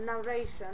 Narration